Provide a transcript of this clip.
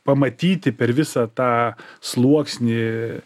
pamatyti per visą tą sluoksnį